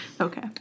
okay